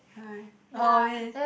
ya oh okay